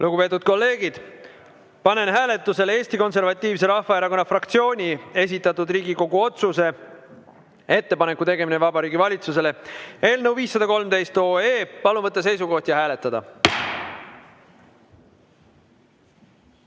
Lugupeetud kolleegid, panen hääletusele Eesti Konservatiivse Rahvaerakonna fraktsiooni esitatud Riigikogu otsuse "Ettepaneku tegemine Vabariigi Valitsusele" eelnõu 513. Palun võtta seisukoht ja hääletada!